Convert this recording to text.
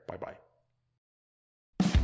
Bye-bye